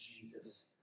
Jesus